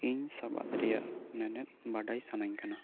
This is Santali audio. ᱤᱧ ᱥᱟᱵᱟᱫᱽ ᱨᱮᱭᱟᱜ ᱢᱮᱱᱮᱫ ᱵᱟᱰᱟᱭ ᱥᱟᱱᱟᱧ ᱠᱟᱱᱟ